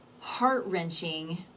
heart-wrenching